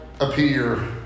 appear